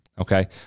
okay